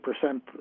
percent